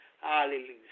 hallelujah